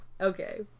okay